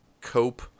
cope